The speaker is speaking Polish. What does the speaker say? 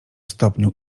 stopniu